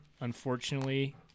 Unfortunately